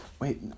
Wait